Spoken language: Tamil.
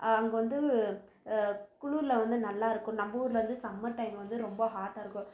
அங்கே வந்து குளூரில் வந்து நல்லாயிருக்கும் நம்பூரில் வந்து சம்மர் டைம் வந்து ரொம்ப ஹாட்டாக இருக்கும்